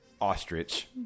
ostrich